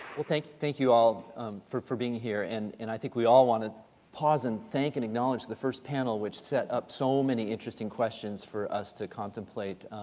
well, thank thank you all for for being here. and and i think we all want to pause and think and acknowledge the first panel, which set up so many interesting questions for us to contemplate